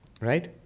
Right